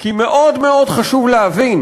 כי מאוד מאוד חשוב להבין